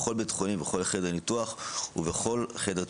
בכל בית חולים ובכל חדר ניתוח ובכל חדר טיפולים.